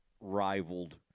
rivaled